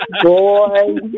boy